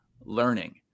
learning